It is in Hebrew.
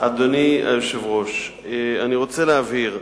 אדוני היושב-ראש, אני רוצה להבהיר.